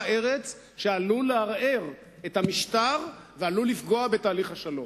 ארץ שעלול לערער את המשטר ועלול לפגוע בתהליך השלום.